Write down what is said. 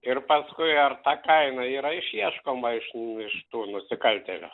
ir paskui ar ta kaina yra išieškoma iš iš tų nusikaltėlių